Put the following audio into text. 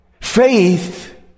Faith